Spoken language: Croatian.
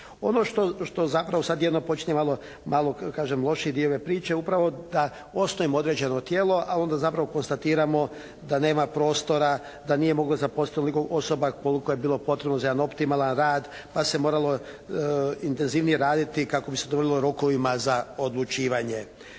Ono što zapravo sad jedno malo počinje malo lošiji dio ove priče upravo da osnujemo određeno tijelo, a onda zapravo konstatiramo da nema prostora, da nije moglo zaposliti toliko osoba koliko je bilo potrebno za jedan optimalan rad pa se moralo intenzivnije raditi kako bi se udovoljilo rokovima za odlučivanje.